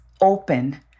open